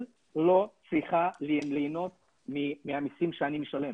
לא צריכה ליהנות מהמסים שאני משלם.